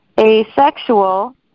Asexual